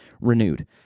renewed